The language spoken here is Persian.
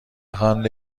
خوانده